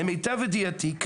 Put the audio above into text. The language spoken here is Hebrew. למיטב ידיעתי,